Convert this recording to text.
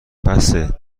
بسه